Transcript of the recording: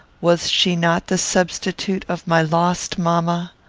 was she not the substitute of my lost mamma?